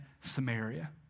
Samaria